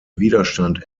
widerstand